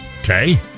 Okay